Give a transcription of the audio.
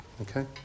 Okay